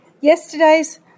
yesterday's